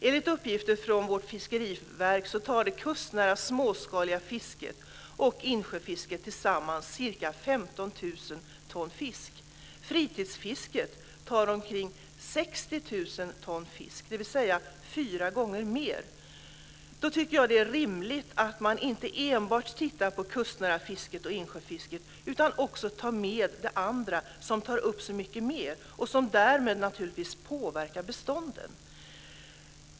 Enligt uppgifter från vårt fiskeriverk tar det kustnära småskaliga fisket och insjöfisket tillsammans ca 15 000 ton fisk. Fritidsfisket tar omkring 60 000 ton fisk, dvs. fyra gånger mer. Då tycker jag att det är rimligt att man inte enbart tittar på det kustnära fisket och insjöfisket utan att man också tar med det andra som tar upp så mycket mer och som därmed naturligtvis påverkar bestånden.